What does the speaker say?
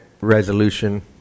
resolution